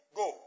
go